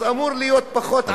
אז אמורים להיות פחות עניים.